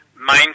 Main